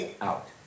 out